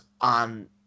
on